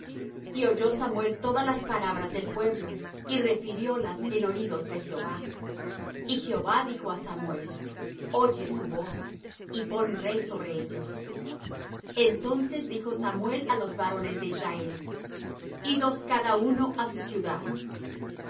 y oyó samuel todas las palabras del pueblo y refiriólas en oídos de jehová y jehová dijo á samuel oye su voz y pon rey sobre ellos entonces dijo samuel á los varones de israel idos cada uno á su ciudad